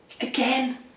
Again